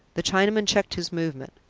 the chinaman checked his movement.